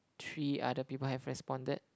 three other people have responded